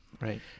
Right